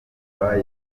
drogba